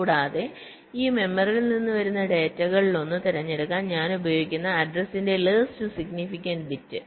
കൂടാതെ ഈ മെമ്മറിയിൽ നിന്ന് വരുന്ന ഡാറ്റകളിലൊന്ന് തിരഞ്ഞെടുക്കാൻ ഞാൻ ഉപയോഗിക്കുന്ന അഡ്രസ്ന്റെ ലീസ്റ് സിഗ്നിഫിക്കന്റ് ബിറ്റ്